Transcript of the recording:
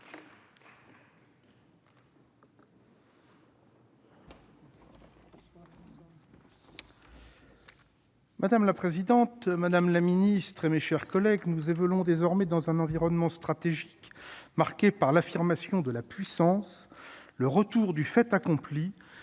Madame la présidente, madame la ministre, mes chers collègues, nous évoluons désormais dans un environnement stratégique marqué par l'affirmation de la puissance, le retour du fait accompli